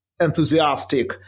enthusiastic